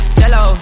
jello